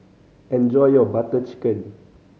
enjoy your Butter Chicken